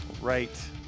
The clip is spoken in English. right